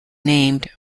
named